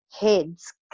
heads